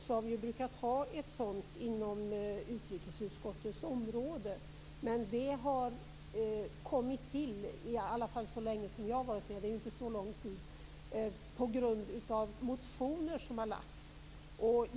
Så länge som jag har varit med - det är inte så lång tid - har detta kommit till på grund av motioner.